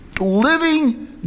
living